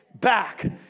back